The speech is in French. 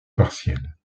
partielles